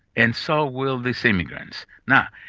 and so will these immigrants. now,